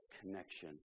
connection